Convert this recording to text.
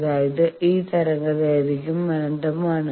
അതായത് ഈ തരംഗദൈർഘ്യം അനന്തമാണ്